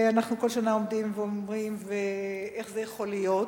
אנחנו כל שנה עומדים ואומרים: איך זה יכול להיות?